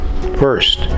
First